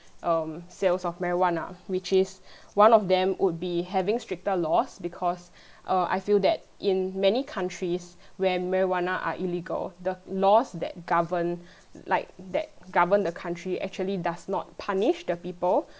um sales of marijuana which is one of them would be having stricter laws because uh I feel that in many countries where marijuana are illegal the laws that govern like that govern the country actually does not punish the people